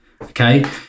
Okay